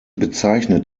bezeichnet